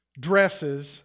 dresses